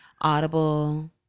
Audible